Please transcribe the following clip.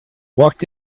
walked